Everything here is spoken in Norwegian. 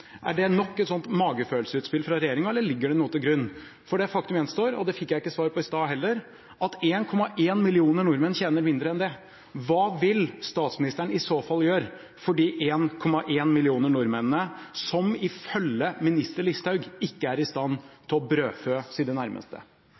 Er det nok et magefølelse-utspill fra regjeringen, eller ligger det noe til grunn? Det faktum gjenstår, og det fikk jeg ikke svar på i stad heller, at 1,1 million nordmenn tjener mindre enn det. Hva vil statsministeren i så fall gjøre for de 1,1 million nordmennene som ifølge minister Listhaug ikke er i stand